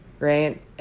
right